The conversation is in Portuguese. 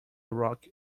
rock